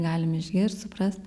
galim išgirst suprast